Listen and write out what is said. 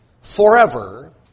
forever